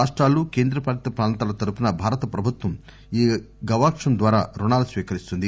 రాష్టాలు కేంద్ర పాలిత ప్రాంతాల తరఫున భారత ప్రభుత్వం ఈ గవాక్షం ద్వారా రుణాలు స్వీకరిస్తుంది